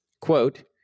Quote